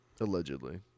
Allegedly